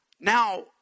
now